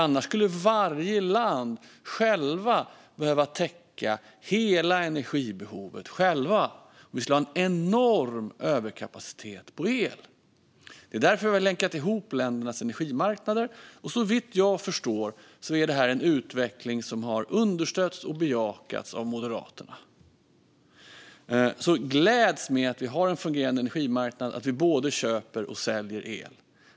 Annars skulle varje land självt behöva täcka hela sitt energibehov, och vi skulle ha en enorm överkapacitet på el. Det är därför vi har länkat ihop ländernas energimarknader, och såvitt jag förstår är det här en utveckling som har understötts och bejakats av Moderaterna. Gläds åt att vi har en fungerande energimarknad och att vi både köper och säljer el!